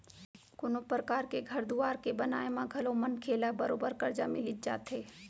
कोनों परकार के घर दुवार के बनाए म घलौ मनखे ल बरोबर करजा मिलिच जाथे